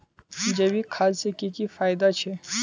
जैविक खाद से की की फायदा छे?